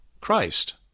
Christ